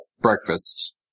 breakfast